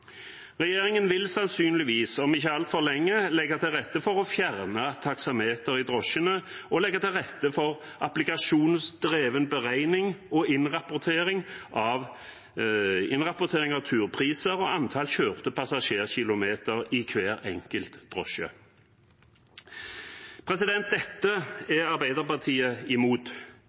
Regjeringen vil sannsynligvis om ikke altfor lenge legge til rette for å fjerne taksameteret i drosjene og legge til rette for applikasjonsdrevet beregning og innrapportering av turpriser og antall kjørte passasjerkilometer i hver enkelt drosje. Dette er Arbeiderpartiet imot.